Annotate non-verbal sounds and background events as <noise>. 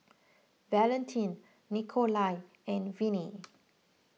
Valentin Nikolai and Vinnie <noise>